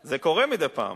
זה קורה מדי פעם.